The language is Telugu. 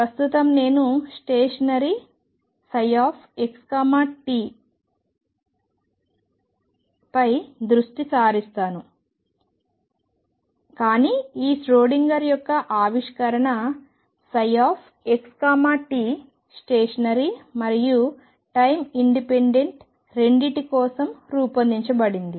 ప్రస్తుతం నేను స్టేషనరీ ψxtపై దృష్టి సారిస్తాను కానీ ఈ ష్రోడింగర్ యొక్క ఆవిష్కరణ ψxt స్టేషనరీ మరియు టైం ఇండిపెండెంట్ రెండింటి కోసం రూపొందించబడింది